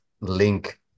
link